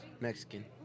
Mexican